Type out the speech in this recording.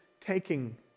taking